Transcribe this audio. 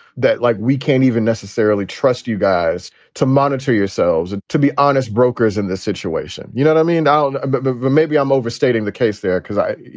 that like we can't even necessarily trust you guys to monitor yourselves and to be honest brokers in this situation. you know what i mean? and and ah but but maybe i'm overstating the case there because i.